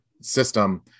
system